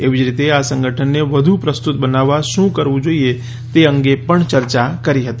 એવી જ રીતે આ સંગઠનને વધુ પ્રસ્તુત બનાવવા શું કરવું જોઈએ તે અંગે પણ ચર્ચા કરી હતી